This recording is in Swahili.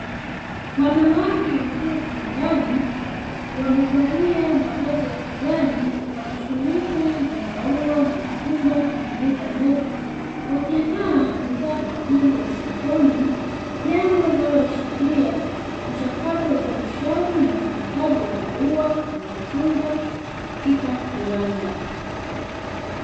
Wanawake wakiwa kiwandani wamevalia mavazi ya kijani, wanashughulika na maua na matunda kwenye meza ndefu, wakiandaa bidhaa kwa ajili ya sokoni, jambo linaloashiria mchakato wa uzalishaji na usindikaji wa maua na matunda katika kiwanda.